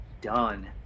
done